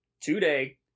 today